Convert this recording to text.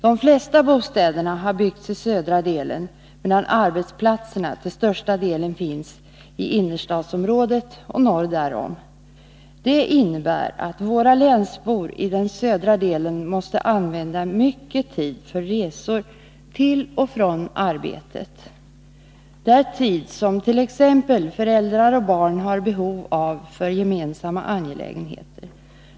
De flesta bostäderna har byggts i södra delen, medan arbetsplatserna till största delen finns i innerstadsområdet och norr därom. Det innebär att våra länsbor i den södra delen måste använda mycket tid för resor till och från arbetet. Det är tid som t.ex. föräldrar och barn har behov av för gemensamma angelägenheter.